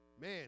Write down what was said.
Man